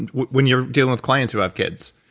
and when you're dealing with clients who have kids,